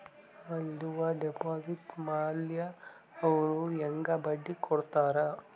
ನಾ ಇಡುವ ಡೆಪಾಜಿಟ್ ಮ್ಯಾಲ ಅವ್ರು ಹೆಂಗ ಬಡ್ಡಿ ಕೊಡುತ್ತಾರ?